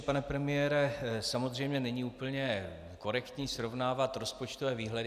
Pane premiére, samozřejmě není úplně korektní srovnávat rozpočtové výhledy.